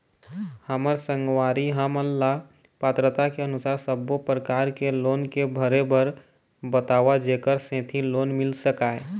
हमर संगवारी हमन ला पात्रता के अनुसार सब्बो प्रकार के लोन के भरे बर बताव जेकर सेंथी लोन मिल सकाए?